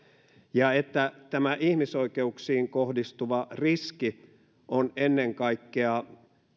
ja että tämä ihmisoikeuksiin kohdistuva riski on ennen kaikkea